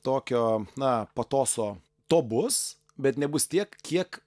tokio na patoso to bus bet nebus tiek kiek